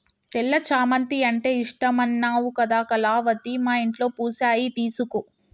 తెల్ల చామంతి అంటే ఇష్టమన్నావు కదా కళావతి మా ఇంట్లో పూసాయి తీసుకో